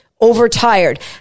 overtired